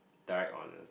direct honours